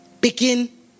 begin